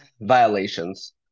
violations